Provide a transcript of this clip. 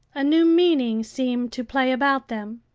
a new meaning seemed to play about them.